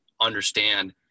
understand